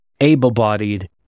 able-bodied